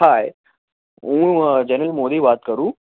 હાય હું જેનિલ મોદી વાત કરું